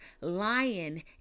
lion